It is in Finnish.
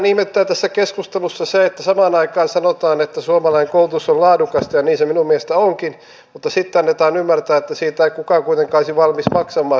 vähän ihmetyttää tässä keskustelussa se että samaan aikaan sanotaan että suomalainen koulutus on laadukasta ja niin se minun mielestäni onkin mutta sitten annetaan ymmärtää että siitä ei kukaan kuitenkaan olisi valmis maksamaan jos lukukausimaksut on